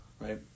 right